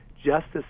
justice